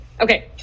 okay